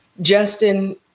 Justin